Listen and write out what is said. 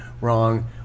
wrong